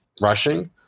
rushing